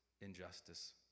injustice